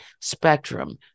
spectrum